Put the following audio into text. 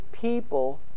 people